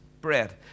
bread